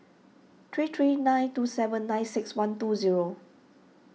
three three nine two seven nine six one two zero